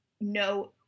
no